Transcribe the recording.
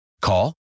Call